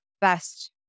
best